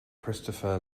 christopher